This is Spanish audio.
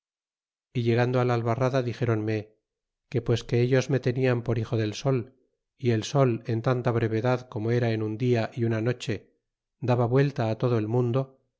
y llegado la albarrada d ixéronme que pues ellos ene tenian por hijo del sol y el sol en tanta brevedad como era en un dita y una noche daba vuelta lulo el mun